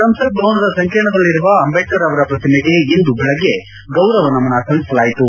ಸಂಸತ್ ಭವನದ ಸಂಕೀರ್ಣದಲ್ಲಿರುವ ಅಂದೇಢ್ತರ್ ಅವರ ಪ್ರತಿಮೆಗೆ ಇಂದು ಬೆಳಗ್ಗೆ ಗೌರವ ನಮನ ಸಲ್ಲಿಸಲಾಯಿತು